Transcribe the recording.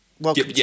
Welcome